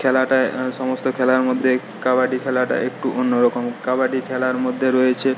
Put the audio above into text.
খেলাটায় সমস্ত খেলার মধ্যে কাবাডি খেলাটা একটু অন্য রকম কাবাডি খেলার মধ্যে রয়েছে